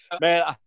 man